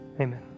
amen